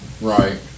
Right